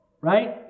right